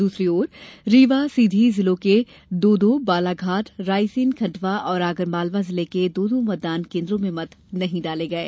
दूसरी और रीवा सीधी जिलों के दो दो बालाघाट रायसेन खंडवा और आगरमालवा जिले के दो दो मंतदान केन्द्रों में मत नहीं डाले गये